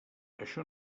això